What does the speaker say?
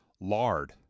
lard